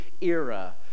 era